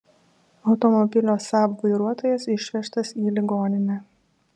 automobilio saab vairuotojas išvežtas į ligoninę